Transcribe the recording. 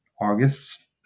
August